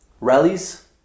Rallies